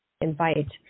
invite